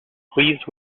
please